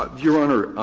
ah your honor,